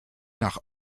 nach